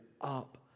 up